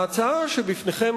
ההצעה שלפניכם,